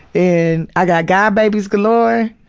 and i got godbabies galore,